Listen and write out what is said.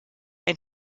ein